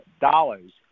dollars